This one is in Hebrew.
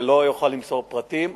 ולא אוכל למסור פרטים.